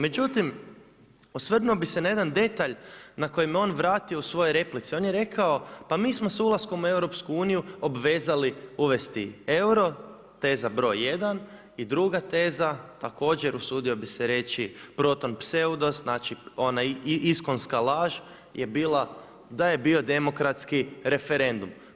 Međutim, osvrnuo bih se na jedan detalj na koji me je on vratio u svojoj replici, on je rekao, pa mi smo s ulaskom u EU obvezali uvesti euro, teza br. 1. I druga teza, također usudio bih se reći pseudos, znači ona iskonska laže je bila da je bio demokratski referendum.